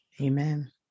Amen